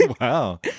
Wow